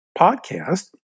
podcast